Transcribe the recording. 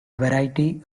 variety